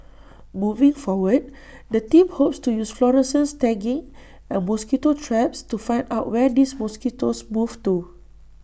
moving forward the team hopes to use fluorescent tagging and mosquito traps to find out where these mosquitoes move to